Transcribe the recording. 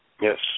Yes